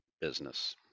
business